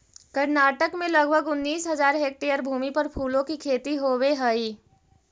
कर्नाटक में लगभग उनीस हज़ार हेक्टेयर भूमि पर फूलों की खेती होवे हई